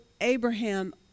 Abraham